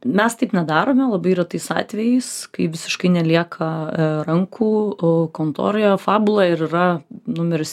mes taip nedarome labai retais atvejais kai visiškai nelieka a rankų o kontoroje fabula ir yra numeris